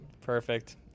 Perfect